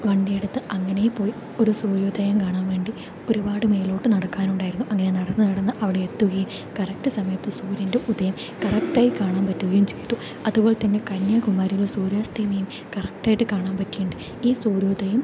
വണ്ടിയെടുത്ത് അങ്ങനേ പോയി ഒരു സൂര്യോദയം കാണാൻ വേണ്ടി ഒരുപാട് മേലോട്ട് നടക്കാൻ ഉണ്ടായിരുന്നു അങ്ങനെ നടന്നു നടന്നു അവിടെ എത്തുകയും കറക്റ്റ് സമയത്ത് സൂര്യൻ്റെ ഉദയം കറക്റ്റായി കാണാൻ പറ്റുകയും ചെയ്തു അതുപോലെ തന്നെ കന്യാകുമാരിയിലെ സൂര്യാസ്തമയം കറക്റ്റായിട്ട് കാണാൻ പറ്റിയിട്ടുണ്ട് ഈ സൂര്യോദയം